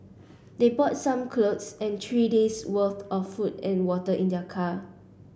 they brought some clothes and three days worth of food and water in their car